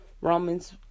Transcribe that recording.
Romans